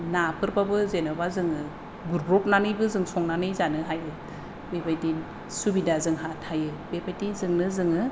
नाफोरबाबो जेनेबा जोङो गुरब्रबनानैबो जों संनानै जानो हायो बेबादि सुबिदा जोंहा थायो बेबादिजोंनो जोङो